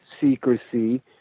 secrecy